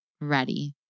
ready